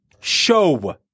show